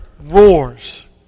roars